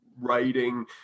writing